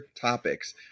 topics